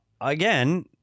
again